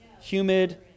Humid